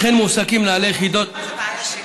הבעיה שלך היא בעיה שלי.